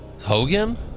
Hogan